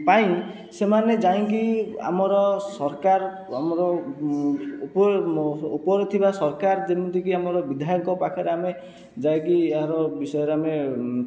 ପାଇଁ ସେମାନେ ଯାଇକି ଆମର ସରକାର ଆମର ଉପରେ ଉପରେ ଥିବା ସରକାର ଯେମିତିକି ଆମର ବିଧାୟକ ପାଖରେ ଆମେ ଯାଇକି ଏହାର ବିଷୟରେ ଆମେ